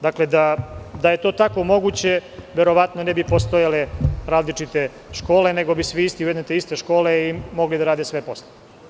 Da je to tako moguće, verovatno ne bi postojale različite škole, nego bi svi išli u jedne te iste škole i mogli da rade sve poslove.